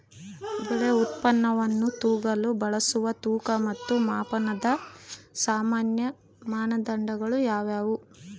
ಬೆಳೆ ಉತ್ಪನ್ನವನ್ನು ತೂಗಲು ಬಳಸುವ ತೂಕ ಮತ್ತು ಮಾಪನದ ಸಾಮಾನ್ಯ ಮಾನದಂಡಗಳು ಯಾವುವು?